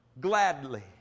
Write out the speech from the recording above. gladly